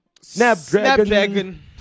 Snapdragon